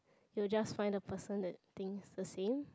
you just find the person that thinks the same